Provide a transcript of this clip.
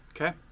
Okay